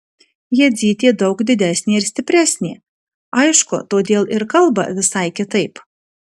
jadzytė daug didesnė ir stipresnė aišku todėl ir kalba visai kitaip